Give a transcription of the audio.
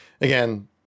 Again